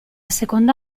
seconda